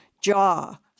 jaw